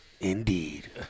Indeed